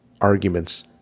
arguments